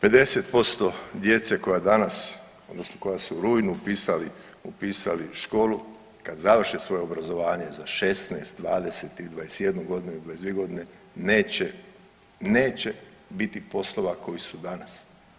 50% djece koja danas, odnosno koja su u rujnu upisali školu kad završe svoje obrazovanje za 16, 20 ili 21 godinu ili 22 godine neće biti poslova koji su danas.